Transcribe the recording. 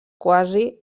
quasi